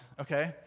okay